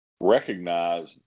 recognize